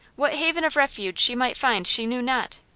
what haven of refuge she might find she knew not.